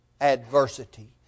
adversity